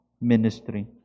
ministry